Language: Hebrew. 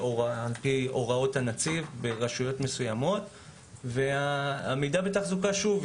הוראות הנציב והעמידה בתחזוקה אינה קבועה,